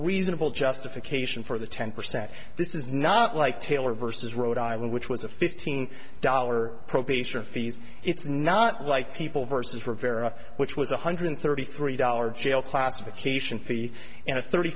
reasonable justification for the ten percent this is not like taylor versus rhode island which was a fifteen dollar probation fees it's not like people versus rivera which was one hundred thirty three dollars jail classification fee and a thirty